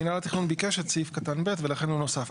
מינהל התכנון ביקש את סעיף קטן (ב) ולכן הוא נוסף.